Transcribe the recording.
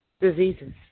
diseases